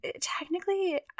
technically